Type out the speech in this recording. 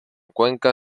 cuenca